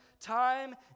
time